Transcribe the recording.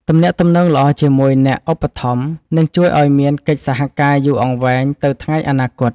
ទំនាក់ទំនងល្អជាមួយអ្នកឧបត្ថម្ភនឹងជួយឱ្យមានកិច្ចសហការយូរអង្វែងទៅថ្ងៃអនាគត។